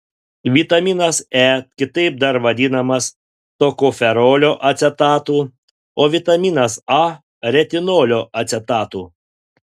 vitaminas e kitaip dar vadinamas tokoferolio acetatu o vitaminas a retinolio acetatu